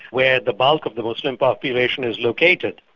where the bulk of the muslim population is located,